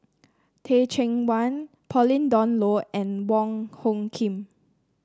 Teh Cheang Wan Pauline Dawn Loh and Wong Hung Khim